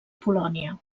polònia